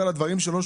לדברים של הרב גפני,